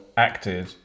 acted